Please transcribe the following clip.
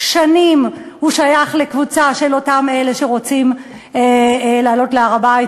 שנים הוא שייך לקבוצה של אותם אלה שרוצים לעלות להר-הבית,